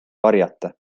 varjata